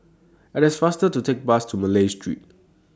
IT IS faster to Take Bus to Malay Street